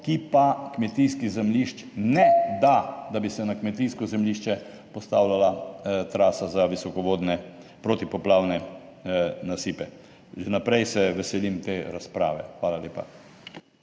ki pa kmetijskih zemljišč ne da, da bi se na kmetijsko zemljišče postavljala trasa za visokovodne protipoplavne nasipe. Že vnaprej se veselim te razprave. Hvala lepa.